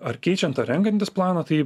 ar keičiant ar renkantis planą tai